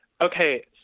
Okay